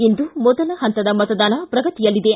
ಇಂದು ಮೊದಲ ಹಂತದ ಮತದಾನ ಪ್ರಗತಿಯಲ್ಲಿದೆ